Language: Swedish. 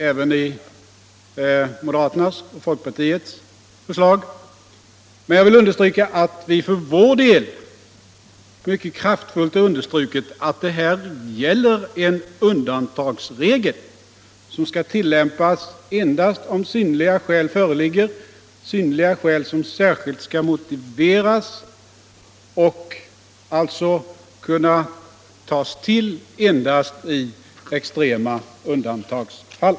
även finns i moderata samlingspartiets och folkpartiets förslag, är en undantagsregel som skall tillämpas endast om syn 43 nerliga skäl föreligger, den skall särskilt motiveras och alltså kunna tillgripas endast i extrema undantagsfall.